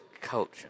culture